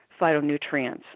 phytonutrients